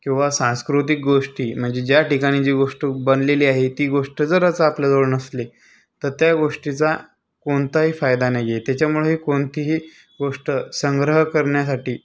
किंवा सांस्कृतिक गोष्टी म्हणजे ज्या ठिकाणी जी गोष्ट बनलेली आहे ती गोष्ट जरच आपल्याजवळ नसले तर त्या गोष्टीचा कोणताही फायदा नाही आहे त्याच्यामुळे कोणतीही गोष्ट संग्रह करण्यासाठी